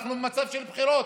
אנחנו במצב של בחירות,